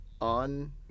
on